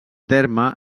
terme